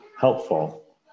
helpful